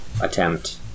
attempt